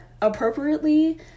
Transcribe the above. appropriately